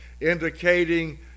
indicating